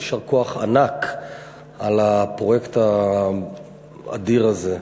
יישר כוח ענק על הפרויקט האדיר הזה.